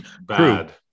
bad